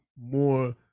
more